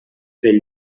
del